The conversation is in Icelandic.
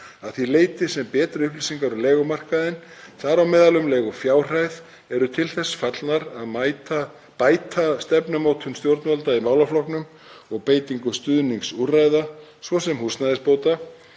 að því leyti sem betri upplýsingar um leigumarkaðinn, þar á meðal um leigufjárhæð, eru til þess fallnar að bæta stefnumótun stjórnvalda í málaflokknum og beitingu stuðningsúrræða, svo sem húsnæðisbóta,